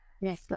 Yes